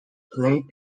played